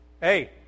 Hey